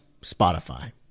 Spotify